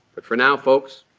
but for now, folks,